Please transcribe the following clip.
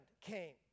came